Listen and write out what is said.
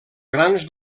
grans